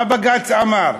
מה בג"ץ אמר?